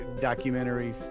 Documentary